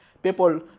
People